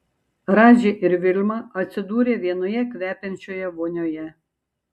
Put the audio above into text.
radži ir vilma atsidūrė vienoje kvepiančioje vonioje